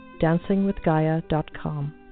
DancingWithGaia.com